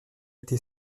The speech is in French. été